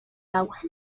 aguas